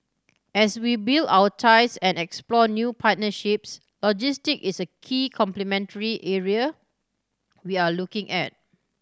as we build our ties and explore new partnerships logistic is a key complementary area we are looking at